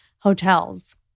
hotels